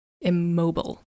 immobile